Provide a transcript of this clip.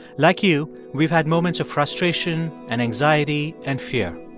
like you, we've had moments of frustration and anxiety and fear.